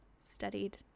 studied